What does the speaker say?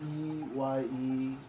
E-Y-E